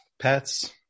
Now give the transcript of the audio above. pets